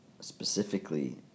specifically